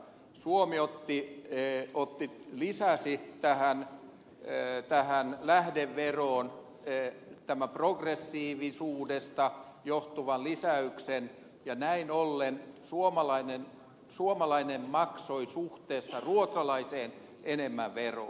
suomi otti venäjä otti viisaasti vähän jöötä hän lähde lisäsi tähän lähdeveroon progressiivisuudesta johtuvan lisäyksen ja näin ollen suomalainen maksoi suhteessa ruotsalaiseen enemmän veroa